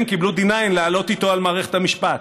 הם קיבלו D9 לעלות איתו על מערכת המשפט.